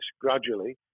gradually